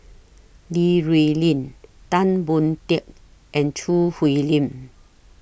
Li Rulin Tan Boon Teik and Choo Hwee Lim